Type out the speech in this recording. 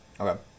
Okay